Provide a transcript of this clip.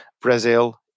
Brazil